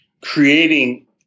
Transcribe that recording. creating